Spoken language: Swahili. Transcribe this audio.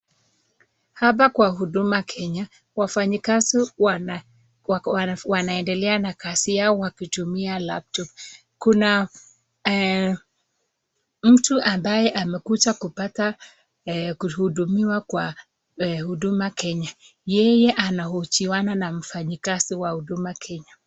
Hapa kwa Huduma Kenya, wafanyikazi wanaendelea na kazi yao wakitumia laptop . Kuna mtu ambaye amekuja kupata kuhudumiwa kwa Huduma Kenya. Yeye anahojiana na mfanyikazi wa Huduma Kenya.